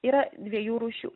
yra dviejų rūšių